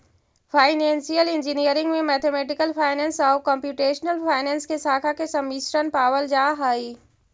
financial engineering में mathematical finance आउ computational finance के शाखा के सम्मिश्रण पावल जा हई